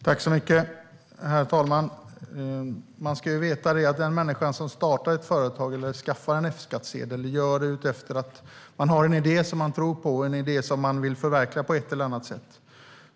Herr talman! Man ska veta att den människa som startar ett företag eller skaffar en F-skattsedel gör det för att den har en idé som den tror på och vill förverkliga på ett eller annat sätt.